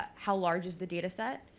ah how large is the data set?